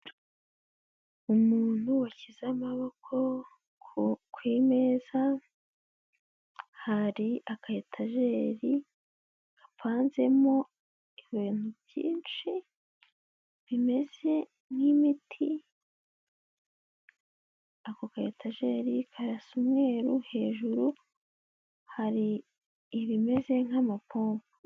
Umuntu washyize amaboko ku meza hari aka etageli gapanzemo ibintu byinshi bimeze nk'imiti ako ka etagali karasa umweru hejuru hari ibimeze nk'amapombo.